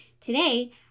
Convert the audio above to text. today